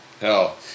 Hell